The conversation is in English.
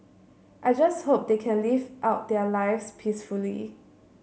I just hope they can live out their lives peacefully